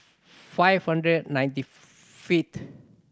five hundred and ninety fifth